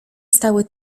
stały